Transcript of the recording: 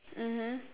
mmhmm